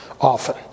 often